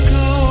go